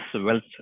wealth